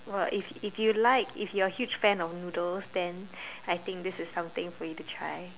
!wah! if if you like if you're a huge fan of noodles then I think this is something for you to try